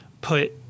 put